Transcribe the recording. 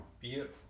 Beautiful